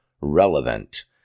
relevant